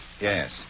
Yes